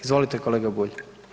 Izvolite kolega Bulj.